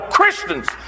Christians